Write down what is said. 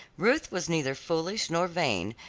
ruth was neither foolish, nor vain,